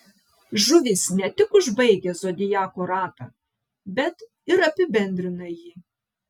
žuvys ne tik užbaigia zodiako ratą bet ir apibendrina jį